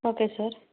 okay sir